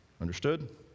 Understood